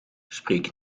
spreek